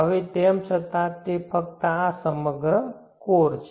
હવે તેમ છતાં તે ફક્ત આ સમગ્ર કોર છે